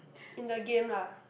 in the game lah